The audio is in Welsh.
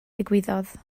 ddigwyddodd